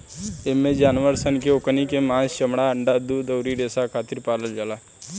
एइमे जानवर सन के ओकनी के मांस, चमड़ा, अंडा, दूध अउरी रेसा खातिर पालल जाला